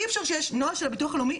אי אפשר שיש נוהל הביטוח הלאומי,